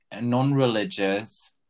non-religious